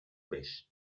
peix